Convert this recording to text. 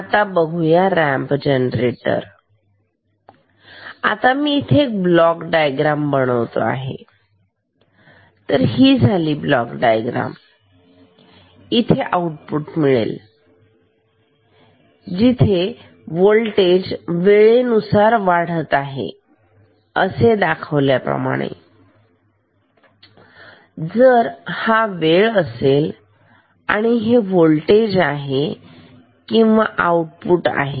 आता ramp generator आता मी इथे ब्लॉक डायग्राम बनवतो तर ही झाली ब्लॉक डायग्राम इथे आउटपुट मिळेल जिथे व्होल्टेज वेळेनुसार वाढत आहे इथे दाखवल्या प्रमाणे जर हा वेळ असेल तर हे व्होल्टेज आहे किंवा आउटपुट आहे